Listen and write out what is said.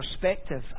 perspective